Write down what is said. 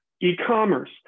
e-commerce